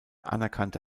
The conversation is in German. anerkannte